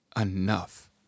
enough